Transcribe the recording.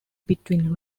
between